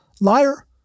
Liar